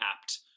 apt